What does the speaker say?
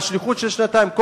שליחות של שנתיים,